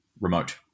remote